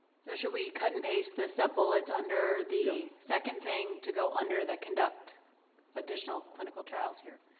so should we cut-and-paste the sub-bullets under the second thing to go under the conduct additional clinical trials here?